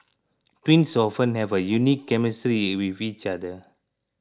twins often have a unique chemistry with each other